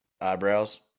eyebrows